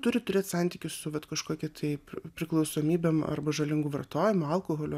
turi turėt santykius su vat kažkuo kitaip priklausomybėm arba žalingu vartojimu alkoholiu